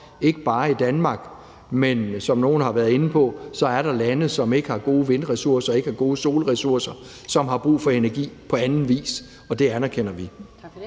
ikke bare i Danmark, men som nogle har været inde på, er der lande, som ikke har gode vindressourcer og ikke har gode solressourcer, og som har brug for energi på anden vis. Og det anerkender vi.